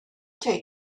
take